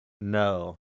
no